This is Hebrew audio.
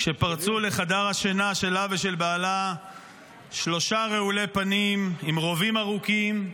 כשפרצו לחדר השינה שלה ושל בעלה שלושה רעולי פנים עם רובים ארוכים,